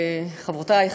חברותי,